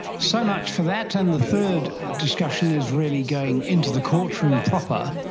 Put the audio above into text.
so much for that, and the third discussion is really going into the courtroom proper,